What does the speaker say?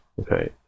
Okay